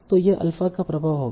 तो यह अल्फा का प्रभाव होगा